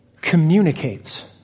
communicates